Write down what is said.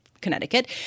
Connecticut